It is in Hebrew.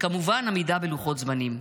וכמובן עמידה בלוחות זמנים.